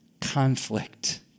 conflict